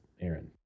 Aaron